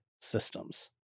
systems